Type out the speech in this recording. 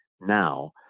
Now